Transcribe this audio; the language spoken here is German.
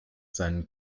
seinen